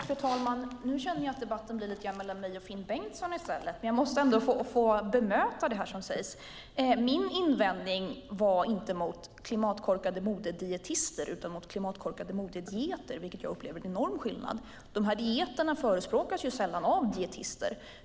Fru talman! Nu känner jag att debatten blir lite grann mellan mig och Finn Bengtsson i stället. Jag måste ändå få bemöta det som sägs. Min invändning var inte mot klimatkorkade modedietister utan mot klimatkorkade modedieter, vilket jag upplever som en enorm skillnad. De här dieterna förespråkas ju sällan av dietister.